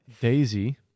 Daisy